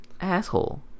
asshole